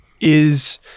is-